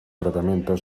tratamiento